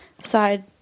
side